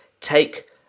take